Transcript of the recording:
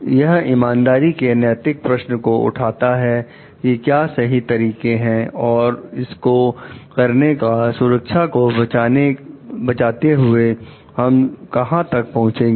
यह ईमानदारी के नैतिक प्रश्न को उठाता है कि क्या सही तरीका है इसको करने का सुरक्षा को बचाते हुए हम कहां तक पहुंचेंगे